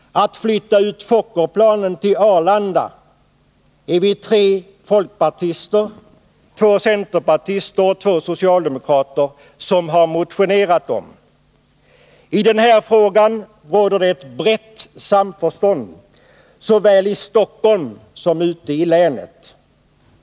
Att flytta ut Fokkerplanen till Arlanda är vi tre folkpartister, två centerpartister och två socialdemokrater som har motionerat om. I den här frågan råder det ett brett samförstånd såväl i Stockholm som ute i länet.